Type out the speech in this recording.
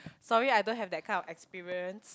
sorry I don't have that kind of experience